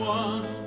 one